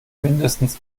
mindestens